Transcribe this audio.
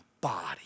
body